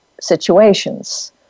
situations